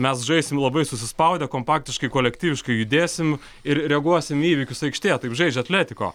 mes žaisim labai susispaudę kompaktiškai kolektyviškai judėsim ir reaguosime į įvykius aikštėje taip žaidžia atletiko